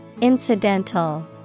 Incidental